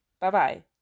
Bye-bye